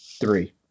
three